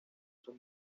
sus